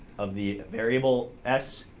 of the variable s,